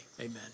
amen